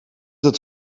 het